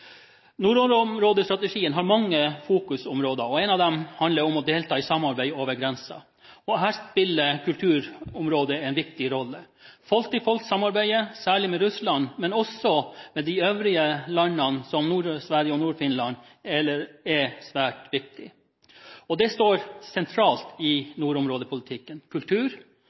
har mange fokusområder. Ett av dem handler om å delta i samarbeid over grensene. Her spiller kulturområdet en viktig rolle. Folk-til-folk-samarbeidet – særlig med Russland, men også med de øvrige landene, som Nord-Sverige og Nord-Finland – er svært viktig, og det står sentralt i nordområdepolitikken. Kultur,